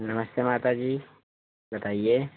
नमस्ते माता जी बताइए